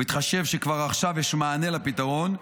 בהתחשב בכך שכבר עכשיו יש מענה ופתרון,